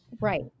Right